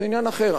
זה עניין אחר.